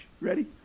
Ready